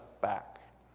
back